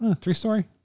Three-story